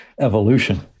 evolution